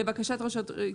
לבקשת ראש רשות מקומית.